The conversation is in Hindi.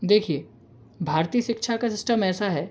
देखिए भारतीय शिक्षा का सिस्टम ऐसा है